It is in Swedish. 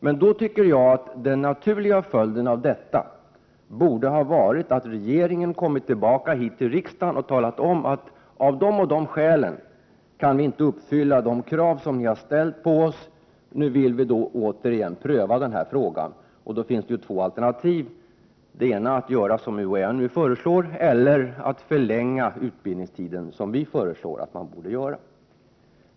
Men jag tycker att den naturliga följden borde ha varit att regeringen hade kommit tillbaka hit till riksdagen och redovisat skälen till att man inte kan uppfylla de krav som riksdagen har ställt samt bett om att frågan återigen prövas. Därvid skulle det finnas två alternativ: att göra som UHÄ nu föreslår eller att förlänga utbildningstiden, som vi föreslår.